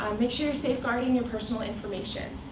um make sure you're safeguarding your personal information.